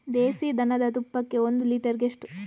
ದೇಸಿ ದನದ ತುಪ್ಪಕ್ಕೆ ಒಂದು ಲೀಟರ್ಗೆ ಎಷ್ಟು?